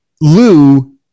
lou